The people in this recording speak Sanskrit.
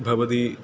भवति